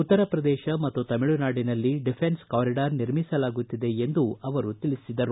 ಉತ್ತರಪ್ರದೇಶ ಮತ್ತು ತಮಿಳುನಾಡಿನಲ್ಲಿ defence corridor ನಿರ್ಮಿಸಲಾಗುತ್ತಿದೆ ಎಂದು ತಿಳಿಸಿದರು